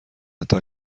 حتی